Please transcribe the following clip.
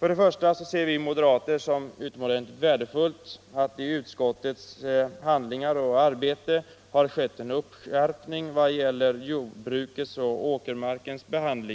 Vi moderater ser det som utomordentligt värdefullt att det i utskottets arbete har skett en skärpning i behandlingen av jordbruket och åkermarken när